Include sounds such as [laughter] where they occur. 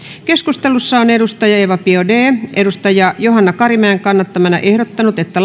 keskustelussa on eva biaudet johanna karimäen kannattamana ehdottanut että [unintelligible]